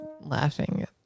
laughing